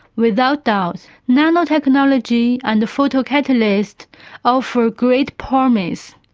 without doubt, nanotechnology and photocatalysts offer great promise.